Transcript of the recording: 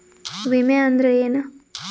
ವಿಮೆ ಅಂದ್ರೆ ಏನ?